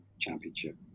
championship